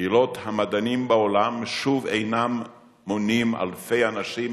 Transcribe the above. קהילות המדענים בעולם שוב אינן מונות אלפי אנשים,